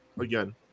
again